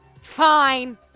fine